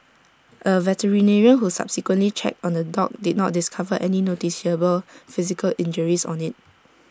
A veterinarian who subsequently checked on the dog did not discover any noticeable physical injuries on IT